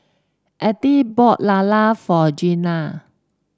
Althea bought lala for Jenna